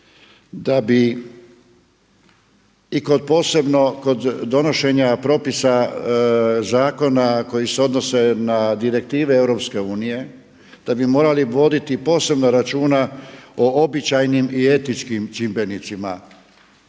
da bi i kod posebno, kod donošenja propisa zakona koji se odnose na direktive EU, da bi morali voditi posebno računa o običajnim i etičkim čimbenicima